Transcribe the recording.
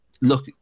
look